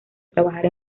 trabajar